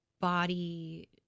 body